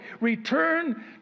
Return